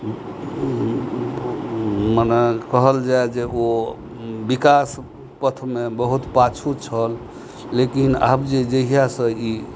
मने कहल जाए जे ओ विकास पथमे बहुत पाछू छल लेकिन आब जे जहिया सँ ई